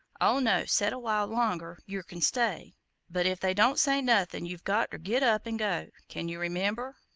oh, no, set a while longer yer can stay but if they don't say nothin' you've got ter get up an' go. can you remember?